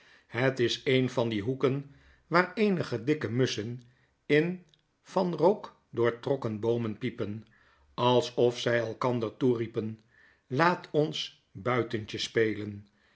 het is een van die hoeken waar eenige dikkemusschen in van rook doortrokken boomen piepen alsof zij elkander toeriepen laat ons buitentje spelen